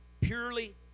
purely